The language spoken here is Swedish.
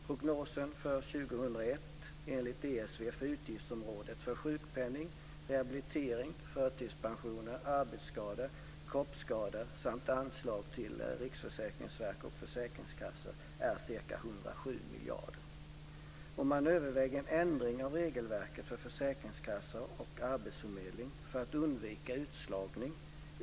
Prognosen för 2001 för utgiftsområdet för sjukpenning, rehabilitering, förtidspensioner, arbetsskador, kroppsskador samt anslag till Riksförsäkringsverket och försäkringskassor är enligt ESV ca Man överväger en ändring av regelverket för försäkringskassor och arbetsförmedlingar för att undvika utslagning.